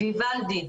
ויולדי,